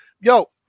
Yo